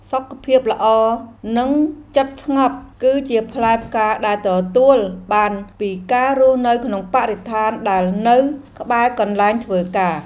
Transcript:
សុខភាពល្អ និងចិត្តស្ងប់ គឺជាផ្លែផ្កាដែលទទួលបានពីការរស់នៅក្នុងបរិស្ថានដែលនៅក្បែរកន្លែងធ្វើការ។